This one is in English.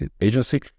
agency